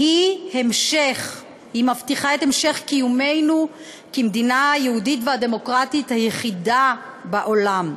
היא מבטיחה את המשך קיומנו כמדינה היהודית והדמוקרטית היחידה בעולם.